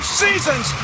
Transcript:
seasons